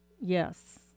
Yes